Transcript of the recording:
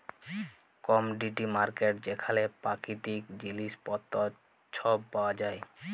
commodity market যেখালে পাকিতিক জিলিস পত্তর ছব পাউয়া যায়